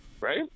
right